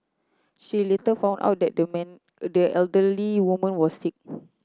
she later found out that the man the elderly woman was sick